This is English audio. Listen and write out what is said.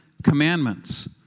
Commandments